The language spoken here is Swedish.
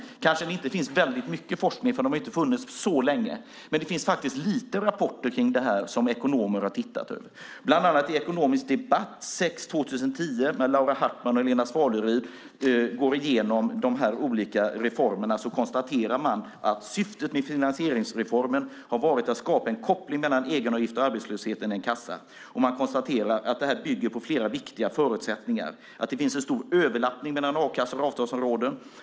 Det kanske inte finns mycket forskning, för de har ju inte funnits så länge, men det finns faktiskt några rapporter om det här, där ekonomer har tittat på det. Bland annat i Ekonomisk debatt nr 6 2010, där Laura Hartman och Helena Svaleryd går igenom de här olika reformerna, konstaterar man: "Syftet med finansieringsreformen har varit att skapa en koppling mellan egenavgiften och arbetslösheten i en kassa." Man konstaterar också att det här bygger på flera viktiga förutsättningar och att det finns en stor överlappning mellan a-kassor och avtalsområden.